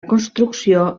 construcció